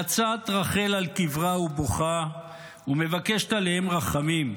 יצאת רחל על קברה ובוכה ומבקשת עליה רחמים,